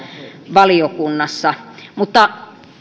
valiokunnassa mutta